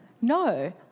No